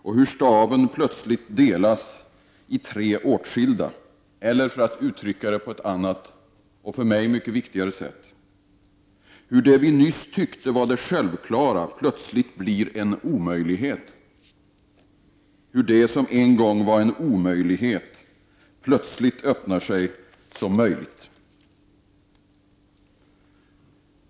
Och hur staven plötsligt delas i tre åtskilda, eller för att uttrycka det på ett annat och för mig mycket viktigare sätt: hur det vi nyss tyckte var det självklara plötsligt blir en omöjlighet, hur det som en gång var en omöjlighet plötsligt öppnar sig som möjligt.